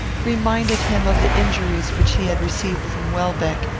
reminded him of the injuries which he had received from welbeck,